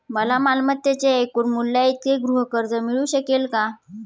मला मालमत्तेच्या एकूण मूल्याइतके गृहकर्ज मिळू शकेल का?